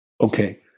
okay